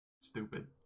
Stupid